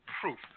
proof